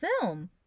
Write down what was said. film